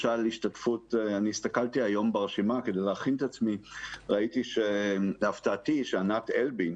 אני הסתכלתי היום ברשימה כדי להכין את עצמי וראיתי להפתעתי שעינת אלבין,